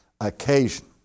occasion